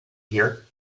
hear